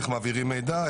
איך מעבירים מידע,